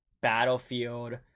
Battlefield